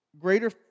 greater